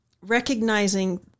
recognizing